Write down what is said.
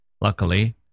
Luckily